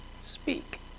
speak